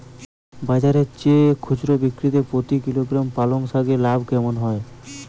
বাজারের চেয়ে খুচরো বিক্রিতে প্রতি কিলোগ্রাম পালং শাকে লাভ কেমন হয়?